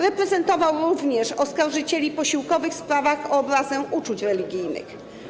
Reprezentował również oskarżycieli posiłkowych w sprawach o obrazę uczuć religijnych.